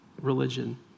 religion